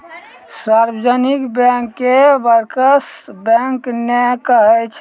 सार्जवनिक bank के bankers bank नै कहै छै